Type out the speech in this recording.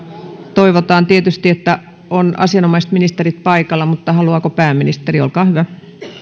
toivotaan tietysti että asianomaiset ministerit olisivat paikalla mutta haluaako pääministeri olkaa hyvä